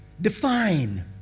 define